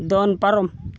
ᱫᱚᱱ ᱯᱟᱨᱚᱢ